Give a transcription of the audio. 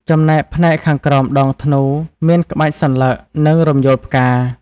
ចំណែកផ្នែកខាងក្រោមដងធ្នូ មាន ក្បាច់សន្លឹក និង រំយោលផ្កា។